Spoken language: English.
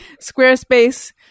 Squarespace